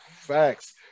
facts